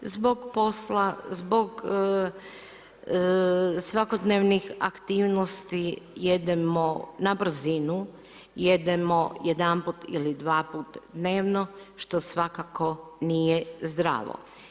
Zbog posla, zbog svakodnevnih aktivnosti jedemo na brzu, jedemo jedanput ili dva puta dnevno što svakako nije zdravo.